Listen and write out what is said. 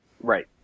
Right